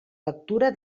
lectura